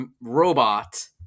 robot